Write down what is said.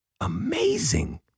amazing